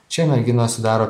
čia merginos sudaro